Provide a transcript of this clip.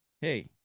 hey